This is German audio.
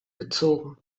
gezogen